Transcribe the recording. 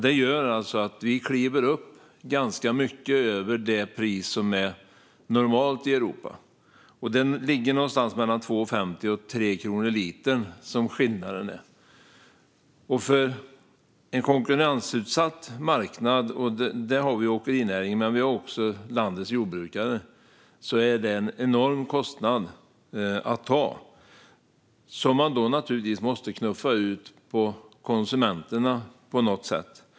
Det gör att vi kliver upp ganska mycket över det pris som är normalt i Europa; skillnaden ligger någonstans mellan 2,50 och 3 kronor litern. För en konkurrensutsatt marknad - som både åkerinäringen och landets jordbrukare har - är detta en enorm kostnad att ta. Den måste man naturligtvis på något sätt knuffa ut på konsumenterna.